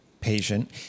Patient